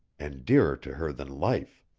and dearer to her than life.